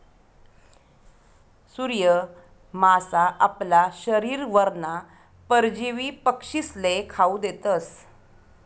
सूर्य मासा आपला शरीरवरना परजीवी पक्षीस्ले खावू देतस